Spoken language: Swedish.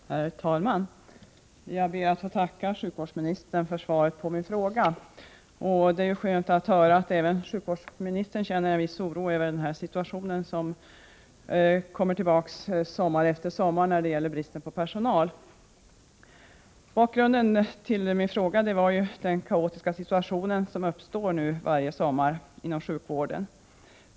Herr talman! Jag ber att få tacka sjukvårdsministern för svaret på min fråga. Det är skönt att höra att även sjukvårdsministern känner en viss oro över denna situation, som återkommer sommar efter sommar när det gäller bristen på personal. Bakgrunden till min fråga är den kaotiska situation som uppstår varje sommar inom sjukvården.